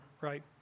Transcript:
right